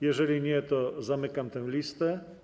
Jeżeli nie, to zamykam listę.